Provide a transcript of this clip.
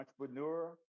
entrepreneur